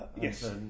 Yes